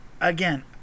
again